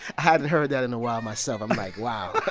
hadn't heard that in a while myself. i'm like, wow. but